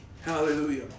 Hallelujah